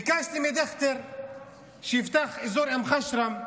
ביקשתי מדיכטר שיפתח את אזור אום חשרם,